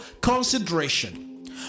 consideration